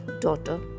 Daughter